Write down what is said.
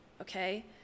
okay